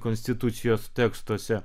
konstitucijos tekstuose